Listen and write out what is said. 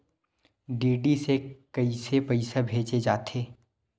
DD से कइसे पईसा भेजे जाथे?